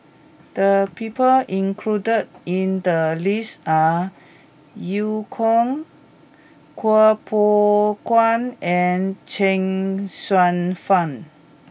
the people included in the list are Eu Kong Kuo Pao Kun and Chuang Hsueh Fang